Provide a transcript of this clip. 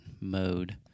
mode